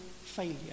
failure